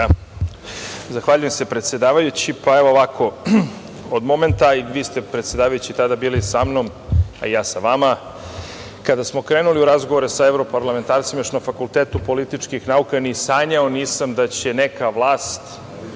Zahvaljujem se predsedavajući. Ovako, od momenta, a i vi ste predsedavajući tada bili sa mnom, i ja sa vama, kada smo krenuli u razgovore sa evroparlamentarcima još na Fakultetu političkih nauka ni sanjao nisam da će neka vlast,